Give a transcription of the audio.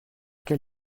quel